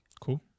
Cool